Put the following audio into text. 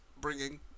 bringing